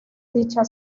dicha